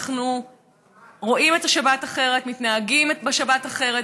אנחנו רואים את השבת אחרת, מתנהגים בשבת אחרת.